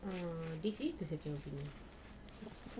err it's the security